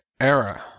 era